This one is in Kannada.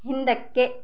ಹಿಂದಕ್ಕೆ